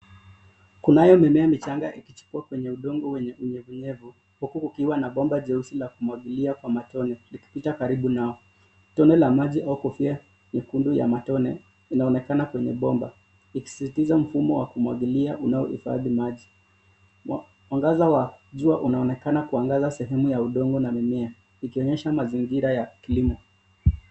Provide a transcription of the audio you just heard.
Kunayo mimea michanga ikichipuka kwenye udongo wenye unyevu unyevu huku ukiwa bomba jeusi la kumwagilia kwa matone likipita karibu nao. Tone la maji au kofia nyekundu ya matone inaonekana kwenye bomba ikisisitiza mfumo wa kumwagilia unaohifadhi maji. Mwangaza wa jua unaonekana kuangaza sehemu ya udongo na mimea ikionyesha mazingira ya kilimo.